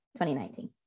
2019